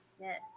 Yes